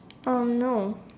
no